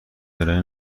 کرایه